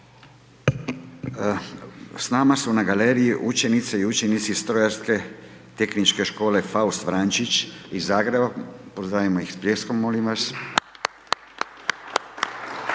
S nama su na galeriji učenice i učenici Strojarske tehničke škole Faust Vrančić, iz Zagreba, pozdravimo iz s pljeskom, molim vas